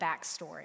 backstory